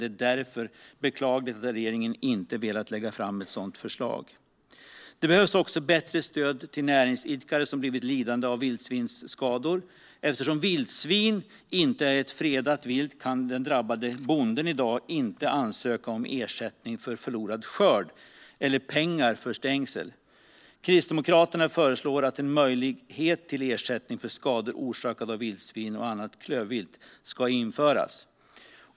Det är därför beklagligt att regeringen inte velat lägga fram ett sådant förslag. Det behövs också ett bättre stöd till näringsidkare som blivit lidande av vildsvinsskador. Eftersom vildsvin inte är ett fredat vilt kan den drabbade bonden i dag inte ansöka om ersättning för förlorad skörd eller pengar för stängsel. Kristdemokraterna föreslår att en möjlighet till ersättning för skador orsakade av vildsvin och annat klövvilt ska införas.